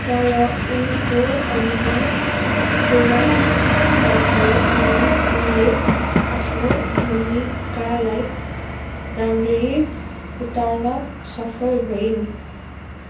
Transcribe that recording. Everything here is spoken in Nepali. तर उनको अभिनय पुरा नभए पनि उनले आफ्नो भूमिकालाई राम्ररी उतार्न सफल भइन्